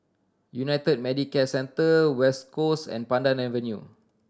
United Medicare Centre West Coast and Pandan Avenue